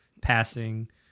passing